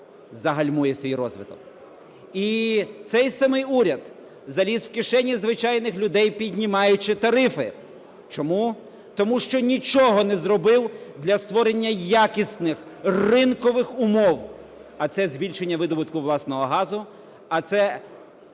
загальмує свій розвиток. І цей самий уряд заліз в кишені звичайних людей, піднімаючи тарифи. Чому? Тому що нічого не зробив для створення якісних ринкових умов, а це збільшення видобутку власного газу,